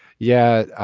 yeah